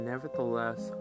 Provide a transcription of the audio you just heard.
Nevertheless